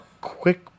quick